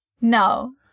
No